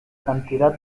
cantidad